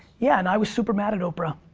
yeah, and i was super mad at oprah.